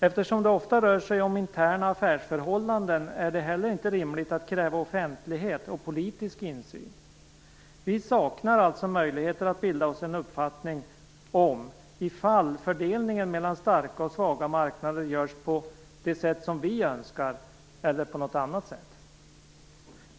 Eftersom det oftast rör sig om interna affärsförhållanden är det heller inte rimligt att kräva offentlighet och politisk insyn. Vi saknar alltså möjligheter att bilda oss en uppfattning om ifall fördelningen mellan starka och svaga marknader görs på det sätt som vi önskar eller på något annat sätt.